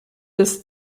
des